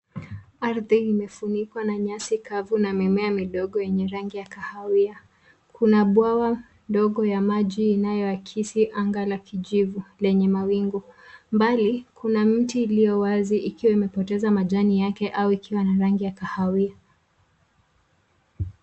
Ardhi imefunikwa na nyasi kavu na mimea midogo yenye rangi ya kahawia. Kuna bwawa ndogo ya maji inayoakisi anga la kijivu lenye mawingu. Mbali kuna miti iliyo wazi ikiwa imepoteza majani yake au ikiwa na rangi ya kahawia.